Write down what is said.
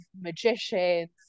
magicians